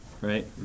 right